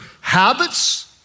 habits